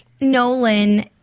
Nolan